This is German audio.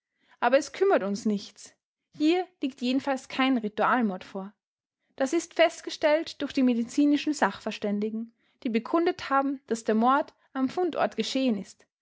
aber das kümmert uns nichts hier liegt jedenfalls kein ritualmord vor das ist festgestellt durch die medizinischen sachverständigen die bekundet haben daß der mord am fundort geschehen ist